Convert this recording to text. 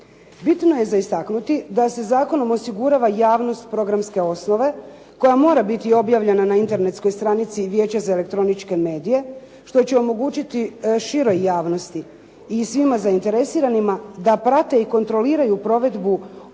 Bitno je za istaknuti da se zakonom osigurava javnost programske osnove koja mora biti objavljena na internetskoj stranici Vijeća za elektroničke medije što će omogućiti široj javnosti i svima zainteresiranima da prate i kontroliraju provedbu obveza